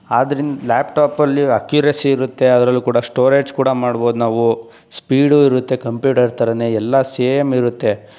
ಆದ್ರಿಂದ್ ಲ್ಯಾಪ್ಟಾಪಲ್ಲಿ ಅಕ್ಯೂರೆಸಿ ಇರುತ್ತೆ ಅದ್ರಲ್ಲೂ ಕೂಡ ಸ್ಟೋರೇಜ್ ಕೂಡ ಮಾಡ್ಬೌದು ನಾವು ಸ್ಪೀಡು ಇರುತ್ತೆ ಕಂಪ್ಯೂಟರ್ ಥರಾನೇ ಎಲ್ಲ ಸೇಮ್ ಇರುತ್ತೆ